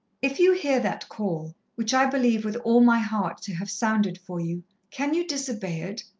if you hear that call, which i believe with all my heart to have sounded for you, can you disobey it?